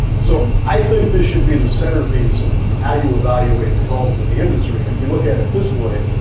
so i think this should be the centerpiece of of how you evaluate the halt in the industry and if you look at it this way,